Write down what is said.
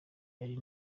ari